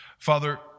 Father